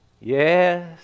Yes